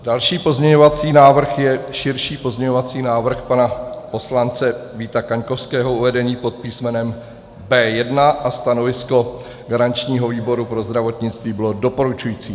Další pozměňovací návrh je širší pozměňovací návrh pana poslance Víta Kaňkovského uvedený pod písmenem B1 a stanovisko garančního výboru pro zdravotnictví bylo doporučující.